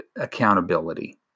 accountability